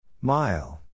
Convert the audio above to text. Mile